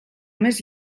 més